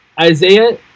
Isaiah